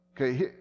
Okay